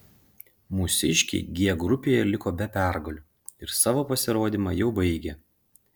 mūsiškiai g grupėje liko be pergalių ir savo pasirodymą jau baigė